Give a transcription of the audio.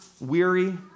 weary